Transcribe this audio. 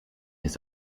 his